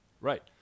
Right